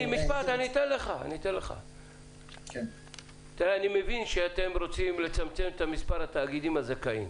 אני מבין שאתם רוצים לצמצם את מספר התאגידים הזכאים